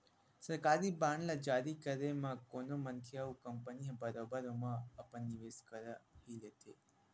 सरकारी बांड ल जारी करे म कोनो मनखे अउ कंपनी ह बरोबर ओमा अपन निवेस कर ही लेथे